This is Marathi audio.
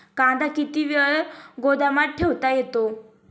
कांदा किती वेळ गोदामात ठेवता येतो?